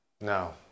No